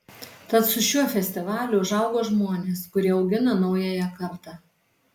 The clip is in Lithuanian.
tad su šiuo festivaliu užaugo žmonės kurie augina naująją kartą